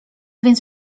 więc